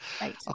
Right